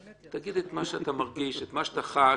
תגיד את מה שאתה מרגיש, את מה שאתה חש.